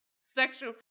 sexual